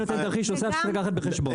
תרחיש נוסף שצריך לקחת בחשבון.